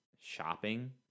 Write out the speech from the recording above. shopping